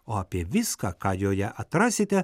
o apie viską ką joje atrasite